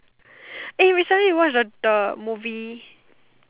recently you watch the the movie